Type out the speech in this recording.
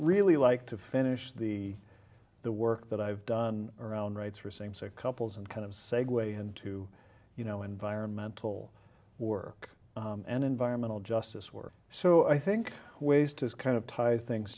really like to finish the the work that i've done around rights for same sex couples and kind of segue into you know environmental work and environmental justice work so i think ways to kind of tie things